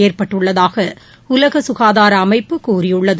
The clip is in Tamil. ஏற்பட்டுள்ளதாக உலக சுகாதார அமைப்பு கூறியுள்ளது